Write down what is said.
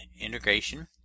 integration